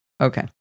Okay